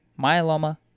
myeloma